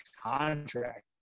contract